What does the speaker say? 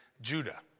Judah